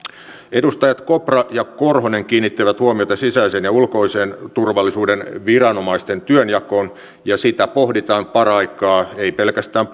edustajat kopra ja korhonen kiinnittivät huomiota sisäisen ja ulkoisen turvallisuuden viranomaisten työnjakoon sitä pohditaan paraikaa ei pelkästään